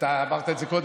אתה אמרת את זה קודם.